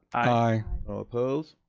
aye. all opposed?